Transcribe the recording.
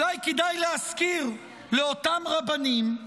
אולי כדאי להזכיר לאותם רבנים,